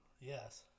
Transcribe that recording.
Yes